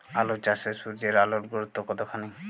আলু চাষে সূর্যের আলোর গুরুত্ব কতখানি?